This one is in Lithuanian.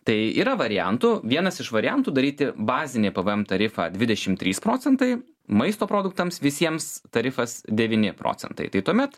tai yra variantų vienas iš variantų daryti bazinį pvm tarifą dvidešim trys procentai maisto produktams visiems tarifas devyni procentai tai tuomet